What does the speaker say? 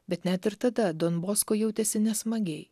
bet net ir tada don bosko jautėsi nesmagiai